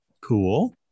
Cool